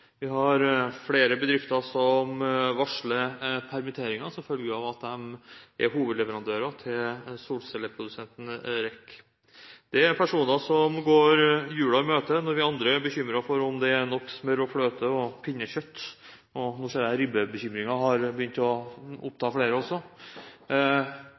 Vi har flere bedrifter som varsler permitteringer som følge av at de er hovedleverandører til solcelleprodusenten REC. Dette er personer som går jula i møte – når vi andre er bekymret for om det er nok smør og fløte og pinnekjøtt, nå ser jeg at ribbebekymringen har begynt å